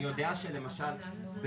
יש לי עוד שקף שאני בהמשך אראה,